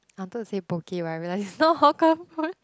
I wanted to say Poke right I realise is not hawker food